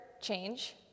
change